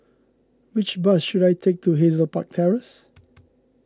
which bus should I take to Hazel Park Terrace